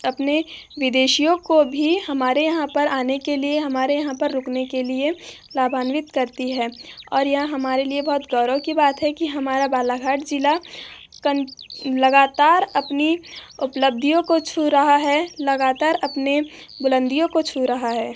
अपने विदेशियों को भी हमारे यहाँ पर आने के लिए हमारे यहाँ पर रुकने के लिए लाभान्वित करती है और यह हमारे लिए बहुत गौरव की बात है कि हमारा बालाघाट जिला कन लगातार अपनी उपलब्धियों को छू रहा है लगातार अपनी बुलंदियों को छू रहा है